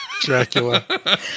dracula